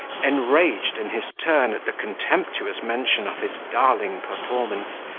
enraged in his turn at the contemptuous mention of his darling performance,